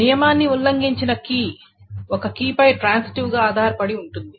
నియమాన్ని ఉల్లంఘించిన కీ ఒక కీపై ట్రాన్సిటివ్ గా ఆధారపడి ఉంటుంది